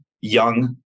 young